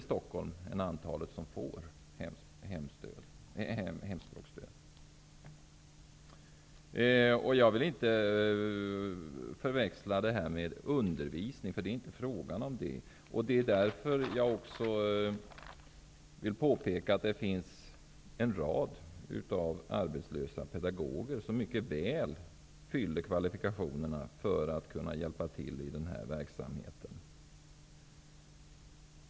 I Stockholm är det fler barn som önskar hemspråksstöd än som får det. Jag förväxlar inte hemspråksstöd med undervisning. Det är ju inte fråga om undervisning, och därför påpekar jag att det finns en rad arbetslösa pedagoger som mycket väl uppfyller kraven för att kunna hjälpa till i denna verksamhet.